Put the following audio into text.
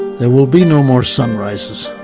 there will be no more sunrises,